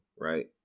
right